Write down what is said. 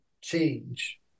change